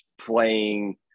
playing